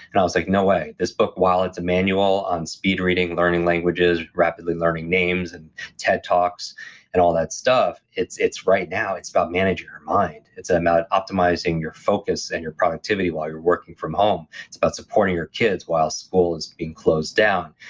and i was like, no way. this book, while it's a manual on speed-reading, learning languages, rapidly learning names and ted talks and all that stuff, right now, it's about managing your mind. it's about optimizing your focus and your productivity while you're working from home. it's about supporting your kids while school's being closed down.